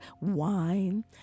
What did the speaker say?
wine